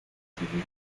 civiles